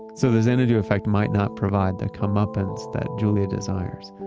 so the xanadu effect might not provide the comeuppance that julia desires,